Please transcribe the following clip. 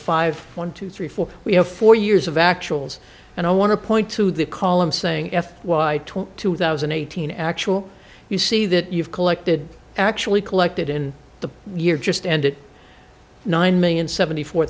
five one two three four we have four years of actual and i want to point to the column saying f y two thousand and eighteen actual you see that you've collected actually collected in the year just ended nine million seventy four